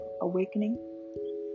Awakening